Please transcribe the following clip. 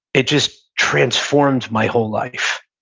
it just transformed my whole life.